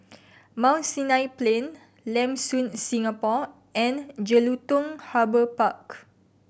Mount Sinai Plain Lam Soon Singapore and Jelutung Harbour Park